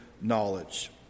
knowledge